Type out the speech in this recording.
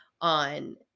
on